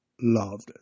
loved